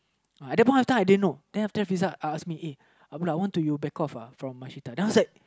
uh at that point of time I didn't know then after that Friza ask me uh uh why don't you back off uh from Mashita then I was like